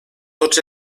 tots